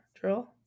drill